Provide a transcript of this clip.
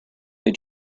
they